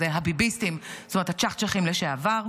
הביביסטים, הצ'חצ'חים לשעבר,